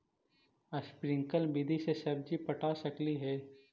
Sprinkle विधि से सब्जी पटा सकली हे?